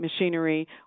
machinery